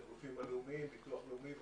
הגופים הלאומיים, ביטוח לאומי וכו',